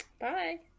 Bye